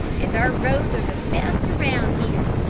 and our roads are the best around here.